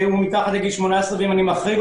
זה לא בהכרח אותו